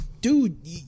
dude